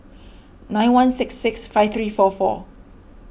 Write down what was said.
nine one six six five three four four